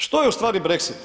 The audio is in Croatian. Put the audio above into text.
Što je ustvari Brexit?